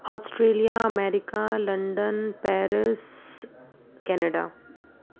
Australia America London Paris Canada